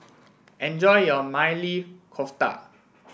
enjoy your Maili Kofta